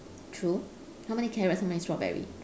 true how many carrots how many strawberry